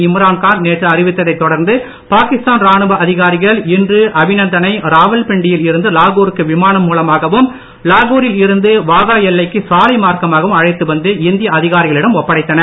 இம்ரான்கான் நேற்று அறிவித்தைத் தொடர்ந்து பாகிஸ்தான் ராணுவ அதிகாரிகள் இன்று அபிநந்தனை ராவல்பிண்டியில் இருந்து லாகூருக்கு விமானம் மூலமாகவும் லாகூரில் இருந்து வாகா எல்லைக்கு சாலை மார்க்கமாகவும் அழைத்து வந்து இந்திய அதிகாரிகளிடம் ஒப்படைத்தனர்